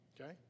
Okay